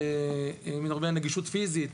נגישות פיזית,